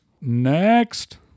Next